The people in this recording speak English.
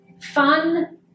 fun